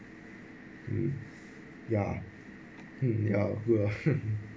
mm ya mm ya good oh